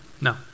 No